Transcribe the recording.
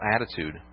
attitude